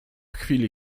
chwili